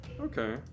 Okay